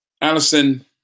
Allison